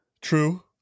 True